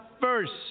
first